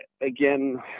again